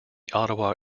ottawa